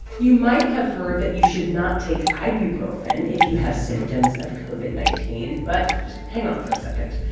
you might have heard that you should not take ibuprofen if you have symptoms of covid nineteen. but just hang on for a second.